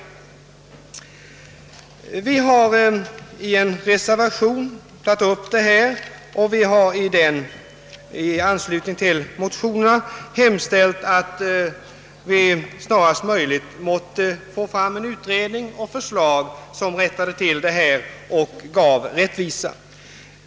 Vi har tagit upp frågan i en reservation. Vi har i den, i anslutning till motionerna, hemställt att det snarast möjligt måtte läggas fram förslag som rättar till detta och ger rättvisa.